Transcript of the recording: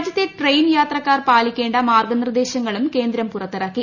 രാജ്യത്തെ ട്രെയിൻ യാത്രക്കാർ പാലിക്കേണ്ട മാർഗനിർദേശങ്ങളും കേന്ദ്രം പുറത്തിറക്കി